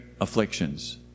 afflictions